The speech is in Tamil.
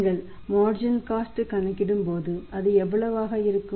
நீங்கள் மார்ஜினல் காஸ்ட் க் கணக்கிடும்போது அது எவ்வளவாக இருக்கும்